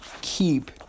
keep